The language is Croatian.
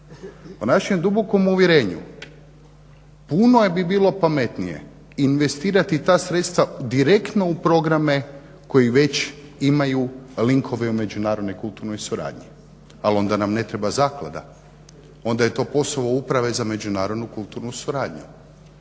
Po našem dubokom uvjerenju puno bi bilo pametnije investirati ta sredstva direktno u programe koji već imaju linkove u međunarodnoj kulturnoj suradnji, ali onda nam ne treba zaklada, onda je to posao uprave za međunarodnu kulturnu suradnju.